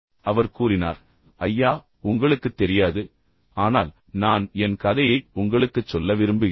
அவர் கூறினார் ஐயா உங்களுக்குத் தெரியாது ஆனால் நான் என் கதையை உங்களுக்குச் சொல்ல விரும்புகிறேன்